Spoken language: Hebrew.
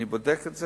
אני בודק את זה.